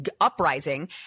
uprising